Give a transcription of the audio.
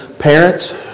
parents